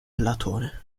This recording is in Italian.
platone